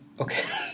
Okay